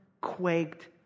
quaked